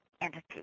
entity